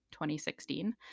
2016